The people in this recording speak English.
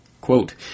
Quote